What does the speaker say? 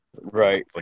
Right